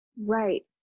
right